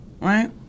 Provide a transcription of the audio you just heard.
right